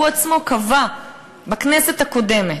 הוא עצמו קבע בכנסת הקודמת,